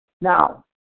Now